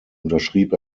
unterschrieb